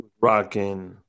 rocking